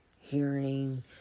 hearing